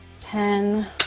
ten